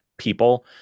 People